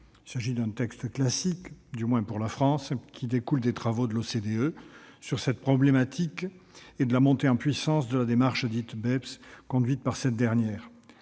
Il s'agit d'un texte « classique », du moins pour la France, qui découle des travaux de l'OCDE sur cette problématique et de la montée en puissance de la démarche dite « BEPS » conduite par cette dernière.